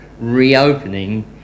reopening